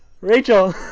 rachel